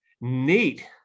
neat